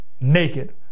naked